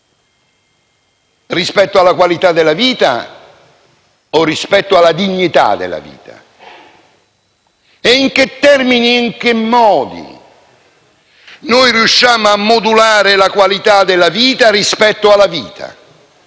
Rispetto alla qualità della vita o rispetto alla dignità della vita? In che termini e in che modi riusciamo a modulare la qualità della vita rispetto alla vita,